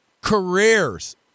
careers